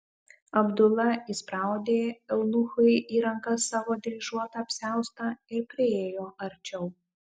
abdula įspraudė eunuchui į rankas savo dryžuotą apsiaustą ir priėjo arčiau